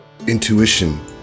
intuition